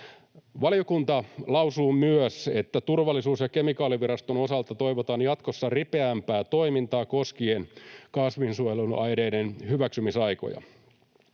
Valiokunta lausuu myös, että Turvallisuus- ja kemikaaliviraston osalta toivotaan jatkossa ripeämpää toimintaa koskien kasvinsuojeluaineiden hyväksymisaikoja.